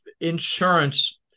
insurance